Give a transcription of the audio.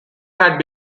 had